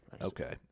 Okay